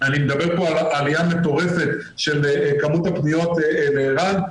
אני מדבר פה על עליה מטורפת של כמות הפניות לער"ן,